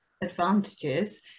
advantages